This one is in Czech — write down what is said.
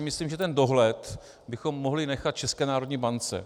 Myslím, že ten dohled bychom mohli nechat České národní bance.